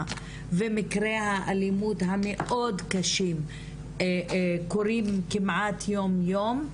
ומקרי האלימות המאוד קשים קורים כמעט יום יום,